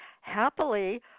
happily